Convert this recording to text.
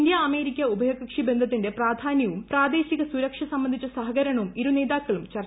India America ഉഭയകക്ഷി ബന്ധത്തിന്റെ പ്രാധാന്യവും പ്രാദേശിക സുരക്ഷ്യ സ്ംബന്ധിച്ച സഹകരണവും ഇരുനേതാക്കളും ചർച്ച ചെയ്തു